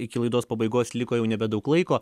iki laidos pabaigos liko jau nebedaug laiko